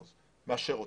אני מאשר אותה.